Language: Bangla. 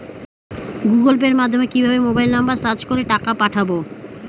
গুগোল পের মাধ্যমে কিভাবে মোবাইল নাম্বার সার্চ করে টাকা পাঠাবো?